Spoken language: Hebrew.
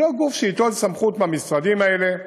היא לא גוף שייטול סמכות מהמשרדים האלה.